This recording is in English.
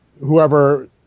Whoever